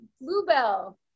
Bluebell